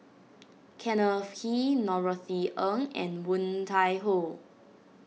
Kenneth He Norothy Ng and Woon Tai Ho